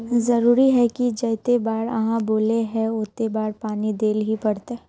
जरूरी है की जयते बार आहाँ बोले है होते बार पानी देल ही पड़ते?